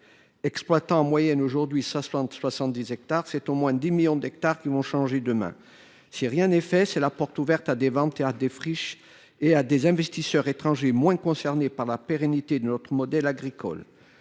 vont partir à la retraite. Ce sont donc au moins dix millions d’hectares qui vont changer de main. Si rien n’est fait, c’est la porte ouverte à des ventes, à des friches et à des investisseurs étrangers moins concernés par la pérennité de notre modèle agricole.